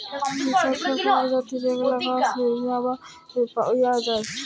ইক শস্যের পরজাতি যেগলা ঘাঁস হিছাবে পাউয়া যায়